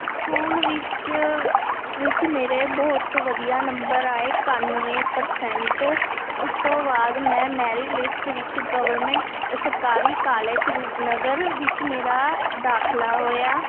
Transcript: school ਵਿੱਚ ਵਿੱਚ ਮੇਰੇ ਬਹੁਤ ਵਧੀਆ ਨੰਬਰ ਆਏ ਇਕਾਨਵੇਂ ਪਰਸੈਂਟ ਉਸ ਤੋਂ ਬਾਅਦ ਮੈਂ ਮੈਰਿਟ ਲਿਸਟ ਵਿੱਚ ਗਵਰਮੈਂਟ ਸਰਕਾਰੀ ਕਾਲਜ ਰੂਪਨਗਰ ਵਿੱਚ ਮੇਰਾ ਦਾਖਲਾ ਹੋਇਆ